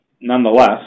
Nonetheless